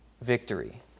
victory